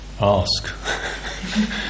ask